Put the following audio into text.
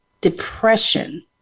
depression